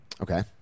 Okay